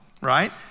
right